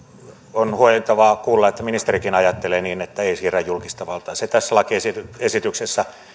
on huojentavaa kuulla että ministerikin ajattelee niin että ei siirrä julkista valtaa se tässä lakiesityksessä